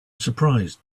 surprised